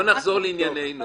בואו נחזור לענייננו.